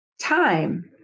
time